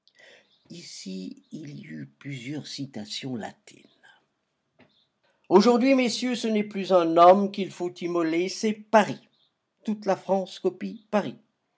latines aujourd'hui messieurs ce n'est plus un homme qu'il faut immoler c'est paris toute la france copie paris